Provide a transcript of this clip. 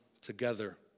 together